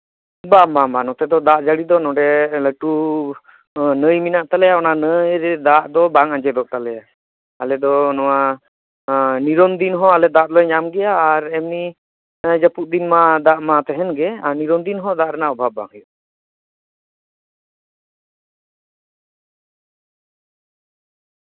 ᱵᱟᱝ ᱵᱟᱝ ᱱᱚᱛᱮ ᱫᱚ ᱫᱟᱜ ᱡᱟᱹᱲᱤ ᱫᱚ ᱱᱚᱸᱰᱮ ᱞᱟᱹᱴᱩ ᱱᱟᱹᱭ ᱢᱮᱱᱟᱜ ᱛᱟᱞᱮᱭᱟ ᱚᱱᱟ ᱱᱟᱹᱭ ᱨᱮ ᱫᱟᱜ ᱫᱚ ᱵᱟᱝ ᱟᱸᱡᱮᱫᱚᱜ ᱛᱟᱞᱮᱭᱟ ᱟᱞᱮ ᱫᱚ ᱱᱚᱣᱟ ᱱᱤᱨᱚᱱ ᱫᱤᱱ ᱦᱚᱸ ᱫᱟᱜᱞᱮ ᱧᱟᱢ ᱜᱮᱭᱟ ᱟᱨ ᱮᱢᱱᱤ ᱡᱟᱹᱯᱩᱫ ᱫᱤᱱ ᱢᱟ ᱫᱟᱜ ᱢᱟ ᱛᱟᱦᱮᱱ ᱜᱮ ᱟᱨ ᱱᱤᱨᱚᱱ ᱫᱤᱱ ᱦᱚᱸ ᱫᱟᱜ ᱨᱮᱱᱟᱜ ᱚᱵᱷᱟᱵᱽ ᱵᱟᱝ ᱦᱩᱭᱩᱜᱼᱟ